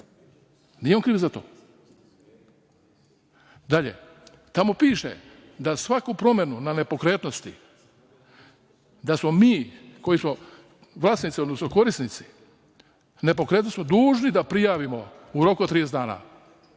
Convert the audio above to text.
Nije on kriv za to. Dalje, tamo piše da svaku promenu na nepokretnosti, da smo mi koji smo vlasnici, odnosno korisnici nepokretnosti dužni da prijavimo u roku od 30 dana.